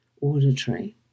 auditory